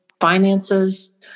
finances